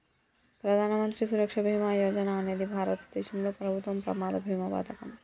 ప్రధాన మంత్రి సురక్ష బీమా యోజన అనేది భారతదేశంలో ప్రభుత్వం ప్రమాద బీమా పథకం